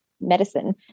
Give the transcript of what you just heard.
medicine